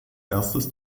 erstes